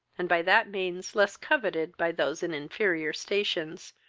and by that means less coveted by those in inferior stations,